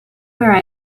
where